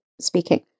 speaking